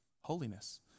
Holiness